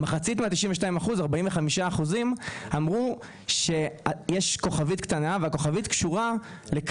45% מהם אמרו שיש כוכבית קטנה והיא קשורה לשאלה